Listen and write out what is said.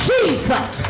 Jesus